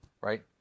right